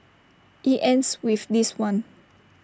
IT ends with this one